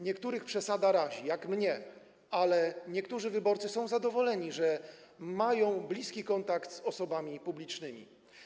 Niektórych przesada razi, jak mnie, ale niektórzy wyborcy są zadowoleni, że mają bliski kontakt z osobami publicznymi.